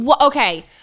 Okay